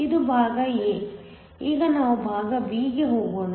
ಇದು ಭಾಗ A ಈಗ ನಾವು ಭಾಗ B ಗೆ ಹೋಗೋಣ